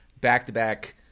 back-to-back